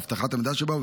אבטחת המידע שבו,